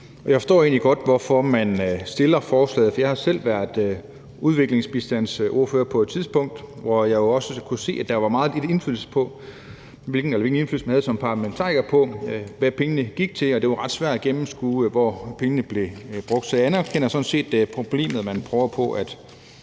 Jeg forstår egentlig godt, hvorfor man har fremsat forslaget. Jeg har selv været udviklingsbistandsordfører på et tidspunkt, og der kunne jeg jo også se, at man som parlamentariker havde meget lidt indflydelse på, hvad pengene gik til, og det var ret svært at gennemskue, hvor pengene blev brugt. Så jeg anerkender sådan set det problem, man prøver på at